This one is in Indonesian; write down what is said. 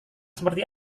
seperti